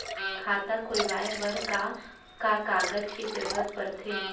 खाता खोलवाये बर का का कागज के जरूरत पड़थे?